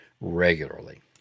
regularly